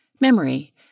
Memory